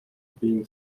been